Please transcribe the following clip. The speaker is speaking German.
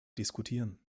diskutieren